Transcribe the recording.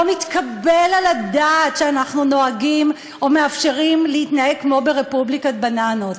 לא מתקבל על הדעת שאנחנו נוהגים או מאפשרים להתנהג כמו ברפובליקת בננות.